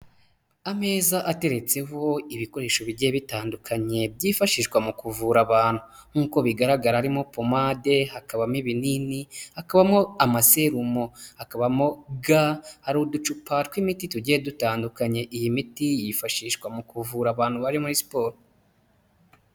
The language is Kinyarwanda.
Ameza ateretse ivu ibikoresho bigiye bitandukanye byifashishwa mu kuvura abantu, nk'uko bigaragara harimo pomade, hakabamo ibinini, hakabamo amaserumo, hakabamo ga, hari uducupa tw'imiti tugiye dutandukanye, iyi miti yifashishwa mu kuvura abantu bari muri siporo.